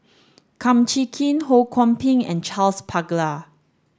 Kum Chee Kin Ho Kwon Ping and Charles Paglar